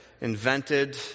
invented